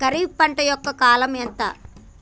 ఖరీఫ్ పంట యొక్క కాలం ఎంత?